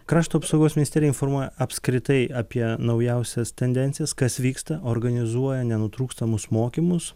krašto apsaugos ministerija informuoja apskritai apie naujausias tendencijas kas vyksta organizuoja nenutrūkstamus mokymus